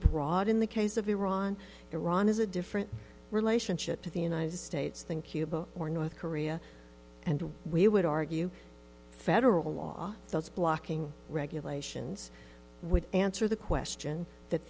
broad in the case of iran iran is a different relationship to the united states than cuba or north korea and we would argue federal law blocking regulations would answer the question that